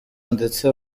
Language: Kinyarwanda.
ndetse